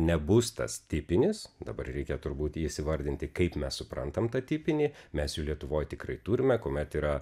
nebus tas tipinis dabar reikia turbūt įsivardinti kaip mes suprantam tą tipinį mes jų lietuvoj tikrai turime kuomet yra